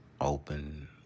Open